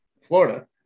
Florida